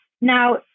Now